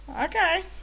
Okay